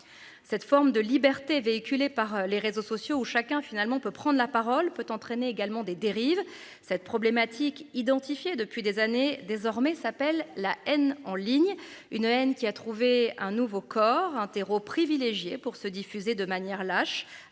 Cette forme de liberté véhiculé par les réseaux sociaux où chacun finalement peut prendre la parole peut entraîner également des dérives cette problématique identifié depuis des années désormais s'appelle la haine en ligne une haine qui a trouvé un nouveau corps, un terreau privilégié pour se diffuser de manière lâche